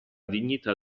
dignità